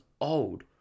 old